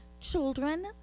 children